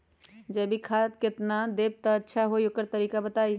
जैविक खाद केतना देब त अच्छा होइ ओकर तरीका बताई?